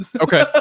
Okay